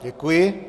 Děkuji.